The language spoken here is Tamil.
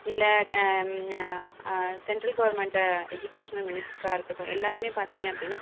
இல்லை சென்ட்ரல் கவர்மெண்ட்டு எஜிகேஷனல் மினிஸ்ட்ராக இருக்கட்டும் எல்லாருமே பார்த்திங்க அப்படின்னா